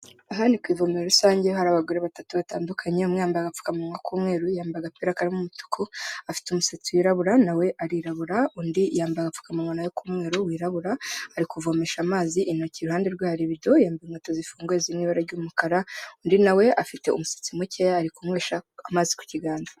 Aha ni ku ivumero rusange hari abagore batatu batandukanye umwe yambaye agapfukamunwa k'umweru yamba agapira k 'umutuku, afite umusatsi wirabura na we arirabura undi yambaye apfukamunwa k'umweru wirabura ari kuvomesha amazi intoki iruhande rwe ibiryo inkweto zifunguye ziri mu ibara ry'umukara, undi nawe afite umusatsi muke yari kunywesha amazi ku kiganza.